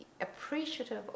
appreciative